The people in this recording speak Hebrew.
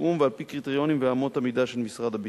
בתיאום ועל-פי קריטריונים ואמות המידה של משרד הביטחון.